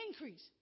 increase